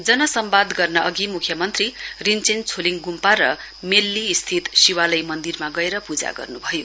जनसंवाद गर्न अधि मुख्यमन्त्री रिब्छेन छोलिङ गुम्पा र मल्ली स्थित शिवालय मन्दिरमा गएर पूजा गर्नुभयो